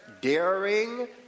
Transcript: daring